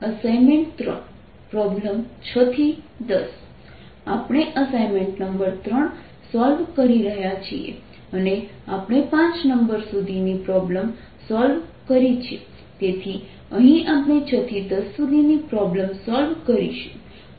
assignment 3 problem 6 10 આપણે assignment number 3 solve કરી રહ્યા છીએ અને આપણે 5 નંબર સુધીની પ્રોબ્લેમ સોલ્વ કરી છે તેથી અહીં આપણે 6 થી 10 સુધીની પ્રોબ્લેમ સોલ્વ કરીશું